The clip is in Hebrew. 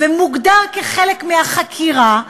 ומוגדר כחלק מהחקירה,